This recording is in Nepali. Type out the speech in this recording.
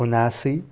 उन्नासी